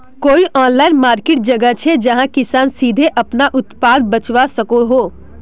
कोई online market जगह छे जहाँ किसान सीधे अपना उत्पाद बचवा सको हो?